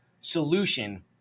solution